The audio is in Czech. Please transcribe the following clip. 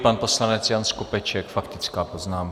Pan poslanec Jan Skopeček, faktická poznámka.